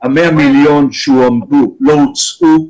ה-100 מיליון שקלים שהועמדו לא הוצאו,